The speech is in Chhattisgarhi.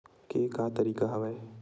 के का तरीका हवय?